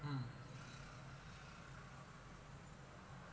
um